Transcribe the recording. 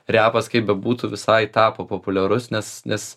repas kaip bebūtų visai tapo populiarus nes nes